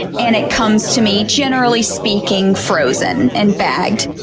and it comes to me generally speaking frozen and bagged.